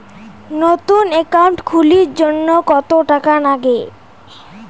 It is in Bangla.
নতুন একাউন্ট খুলির জন্যে কত টাকা নাগে?